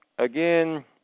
Again